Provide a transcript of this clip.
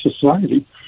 society